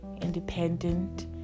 independent